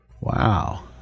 Wow